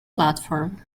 platform